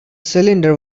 cylinder